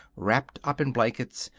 wrapped up in blankets,